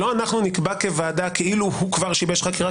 שלא אנחנו נקבע כוועדה כאילו הוא כבר שיבש חקירה,